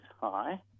high